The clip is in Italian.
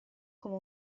come